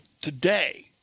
today